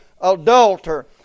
adulterer